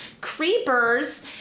creepers